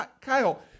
Kyle